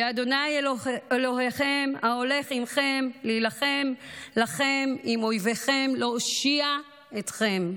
כי ה' אלוהיכם ההולך עימכם להילחם לכם עם אויביכם להושיע אתכם,